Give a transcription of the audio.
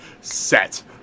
set